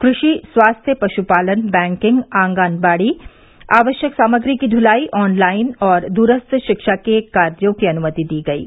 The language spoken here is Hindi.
कृषि स्वास्थ्य पशुपालन बैंकिंग आंगनबाड़ी आवश्यक सामग्री की दलाई ऑनलाइन और दूरस्थ शिक्षा के कार्यों की अनुमति दी गयी